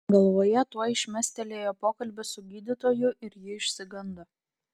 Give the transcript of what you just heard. galvoje tuoj šmėstelėjo pokalbis su gydytoju ir ji išsigando